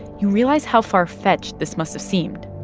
you realize how far-fetched this must have seemed